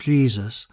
Jesus